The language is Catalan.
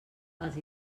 els